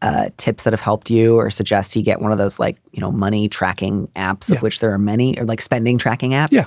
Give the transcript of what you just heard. ah tips that have helped you or suggest he get one of those like, you know, money tracking apps, of which there are many like spending tracking app. yeah